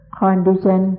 condition